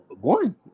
one